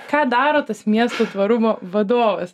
ką daro tas miestų tvarumo vadovas